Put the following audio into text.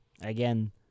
Again